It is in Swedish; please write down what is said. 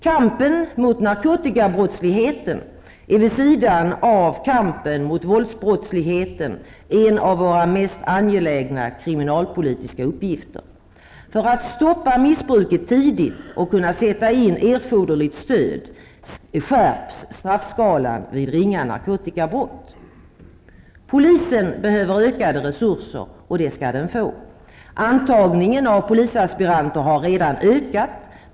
Kampen mot narkotikabrottsligheten är vid sidan av kampen mot våldsbrottslighet en av våra mest angelägna kriminalpolitiska uppgifter. För att stoppa missbruket tidigt och kunna sätta in erforderligt stöd skärps straffskalan vid ringa narkotikabrott. Polisen behöver ökade resurser, och det skall den få. Antagningen av polisaspiranter har redan ökat.